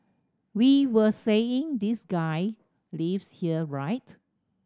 we were saying this guy lives here right